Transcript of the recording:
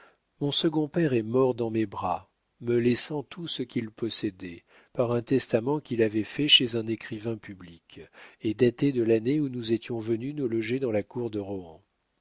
mon second père est mort dans mes bras me laissant tout ce qu'il possédait par un testament qu'il avait fait chez un écrivain public et daté de l'année où nous étions venus nous loger dans la cour de